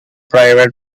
private